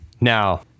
Now